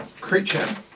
creature